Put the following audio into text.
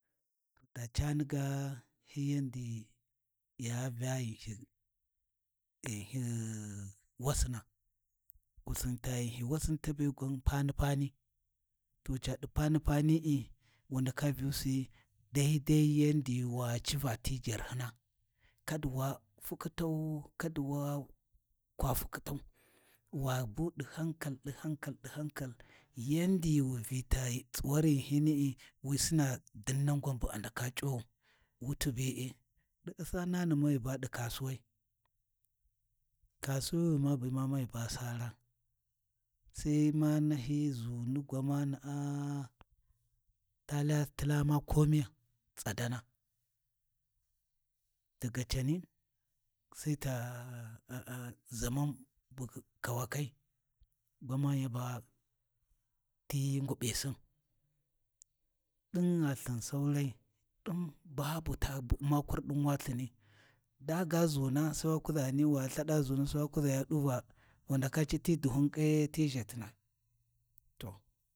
To ta caani ga hi yan di ghi ya Vya ghinhin wasina, wusin ta ghinhi wassin ga ta be gwan pani-pani to caaɗi pani-pani’i wu ndaka Vyu si daidai yan di wa civa ti jarhina, kadi wa fukhitau, kada wa kwa fukhitau, wa bu ɗi hankal ɗi hankal, ɗi hankal, yandi wi Vyi ta tsuwar ghinhini we Sina dinnan gwan bu a ndaka C’uwau, wuti be’e, ɗi U’sanani me ba ɗi kasuwai, kasuwi wi ma bima me ba sara, sai ma nahi ʒuni gwamana’a talaya tila ma komiya, tsadana, daga cani sai ta ʒamanan bu kawakai, gwamani yaba ti nguɓisin, ɗingha lthin saurai ɗin babu ta bu U’ma kurɗin wa lthini daa ga ʒuna sai wa kuʒa ghani wa lthada ʒuna sai wa kuʒa yaɗu va wu ndaka cati Duhun kye ti ʒhalina? toh.